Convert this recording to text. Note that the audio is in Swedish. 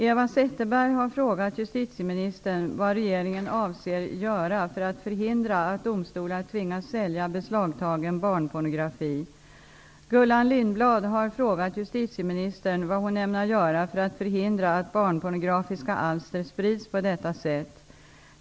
Eva Zetterberg har frågat justitieministern vad regeringen avser göra för att förhindra att domstolar tvingas sälja beslagtagen barnpornografi. Gullan Lindblad har frågat justitieministern vad hon ämnar göra för att förhindra att barnpornografiska alster sprids på detta sätt.